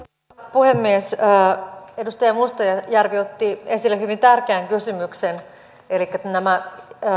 puhemies edustaja mustajärvi otti esille hyvin tärkeän kysymyksen elikkä nämä